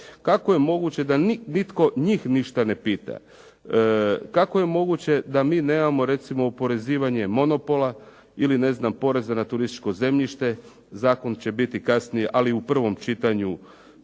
Kako je moguće da nitko njih ništa ne pita? Kako je moguće da mi nemamo recimo oporezivanje monopola ili poreza na turističko zemljište? Zakon će biti kasnije ali u prvom čitanju